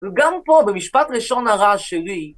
וגם פה במשפט ראשון הרעש שלי